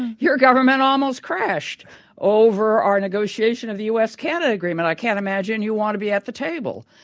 your government almost crashed over our negotiation of the u s canada agreement. i can't imagine you want to be at the table.